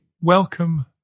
welcome